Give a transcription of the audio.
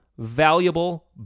valuable